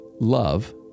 love